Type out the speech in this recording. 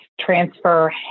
transfer